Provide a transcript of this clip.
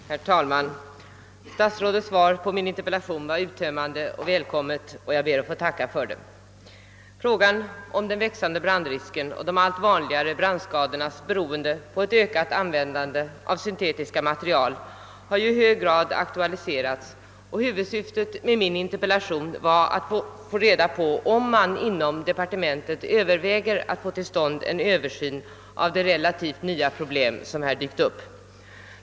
Herr talman! Statsrådets svar på min interpellation var uttömmande och välkommet, och jag ber att få tacka för det. Frågan om den växande brandrisken och de allt vanligare brandskadorna beroende på ett ökat användande av syntetiska material, har i hög grad aktualiserats, och huvudsyftet med min interpellation var att få reda på om man inom departementet överväger att få till stånd en översyn av det relativt nya problem som här dykt upp.